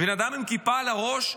בן אדם עם כיפה על הראש,